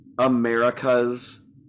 america's